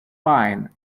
pine